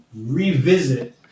revisit